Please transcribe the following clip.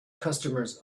customers